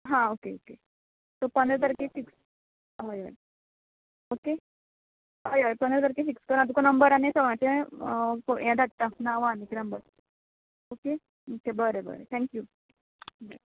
हां okay okay so पंदरा तारखेर फिक्स हय हय ओके हय हय पंदरा तारखेर फिक्स कर हांव तुका नंबर आनी सगळ्यांचें यें धाडटां नांवा आनीक नंबर ओके चल बरें बरें थँक्यू